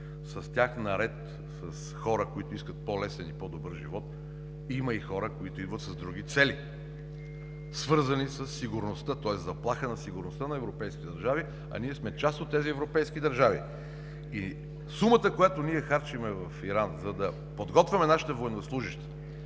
С тях, наред с хората, които искат по-лесен и по-добър живот, има и хора, които идват с други цели, свързани със сигурността, тоест са заплаха за сигурността на европейските държави, а ние сме част от тези европейски държави. Сумата, която ние харчим в Иран, за да подготвяме нашите военнослужещи